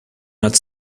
not